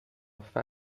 فتح